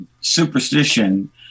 superstition